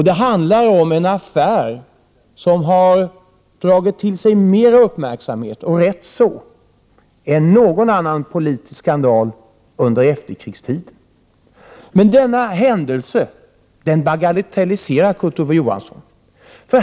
Det handlar om en affär som har dragit till sig mer uppmärksamhet, och rätt så, än någon annan politisk skandal under efterkrigstiden. Denna händelse bagatelliserar emellertid Kurt Ove Johansson.